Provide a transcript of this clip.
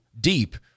deep